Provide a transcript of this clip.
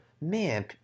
Man